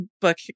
book